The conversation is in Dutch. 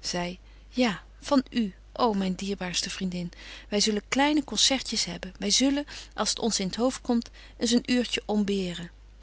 zy ja van u ô myn dierbaarste vriendin wy zullen kleine concertjes hebben wy zullen als t ons in t hoofd komt eens een uurbetje